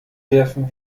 werfen